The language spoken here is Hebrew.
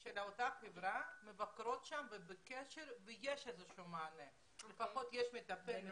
של אותה חברה מבקרות אצלו והן בקשר וכך יש איזשהו מענה.